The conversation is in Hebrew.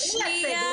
לא לייצג,